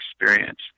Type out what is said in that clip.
experience